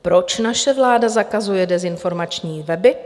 Proč naše vláda zakazuje dezinformační weby?